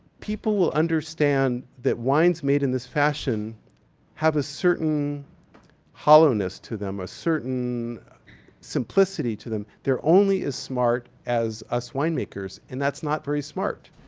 people will understand that wines made in this fashion have a certain hollowness to them, a certain simplicity to them. they're only as smart as us winemakers and that's not very smart.